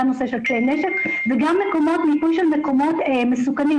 גם נושא של כלי נשק וגם מיפוי של מקומות מסוכנים.